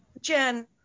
Jen